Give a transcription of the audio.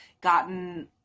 gotten